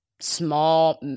Small